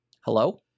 hello